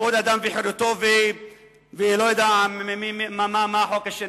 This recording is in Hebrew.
כבוד האדם וחירותו ואני לא יודע מה החוק השני.